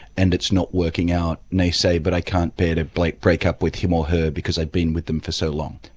and it's not working out, and they say, but i can't bear to break break up with him or her because i've been with them for so long.